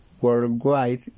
worldwide